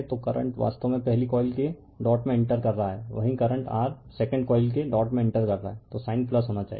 तो करंट वास्तव में पहली कॉइल के डॉट में इंटर कर रहा है वही करंट r 2nd कॉइल के डॉट में इंटर कर रहा हैं तो साइन होना चाहिए